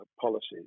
policies